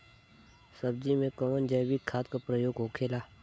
सब्जी में कवन जैविक खाद का प्रयोग होखेला?